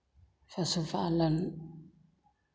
पशु पालन